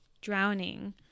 drowning